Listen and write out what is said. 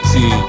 See